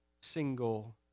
single